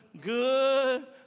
good